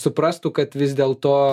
suprastų kad vis dėl to